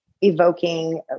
evoking